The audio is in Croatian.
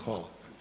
Hvala.